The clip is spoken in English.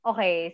Okay